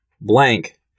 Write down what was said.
blank